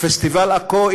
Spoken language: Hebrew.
פסטיבל עכו.